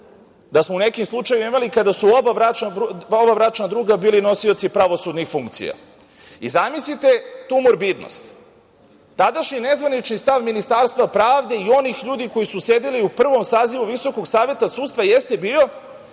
da smo u nekim slučajevima imali kada su oba bračna druga bili nosioci pravosudnih funkcija. Zamislite tu morbidnost, tadašnji nezvanični stav Ministarstva pravde i onih ljudi koji su sedeli u prvom Sazivu VSS jeste bio